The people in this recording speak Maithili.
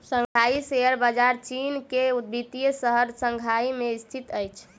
शंघाई शेयर बजार चीन के वित्तीय शहर शंघाई में स्थित अछि